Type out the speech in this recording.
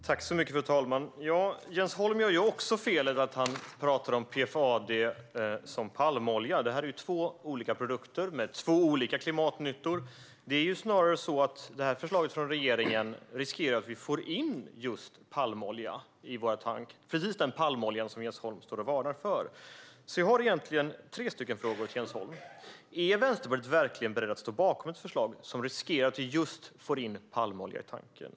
Fru talman! Jens Holm gör också felet att han talar om PFAD som palmolja. Detta är två olika produkter med två olika klimatnyttor. Förslaget från regeringen riskerar snarare att leda till att vi får in just palmolja i våra tankar - precis den palmolja som Jens Holm står och varnar för. Jag har några frågor till Jens Holm. Är Vänsterpartiet verkligen berett att stå bakom ett förslag som riskerar att leda till att vi får in palmolja i tankarna?